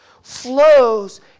flows